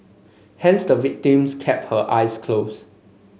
hence the victim kept her eyes closed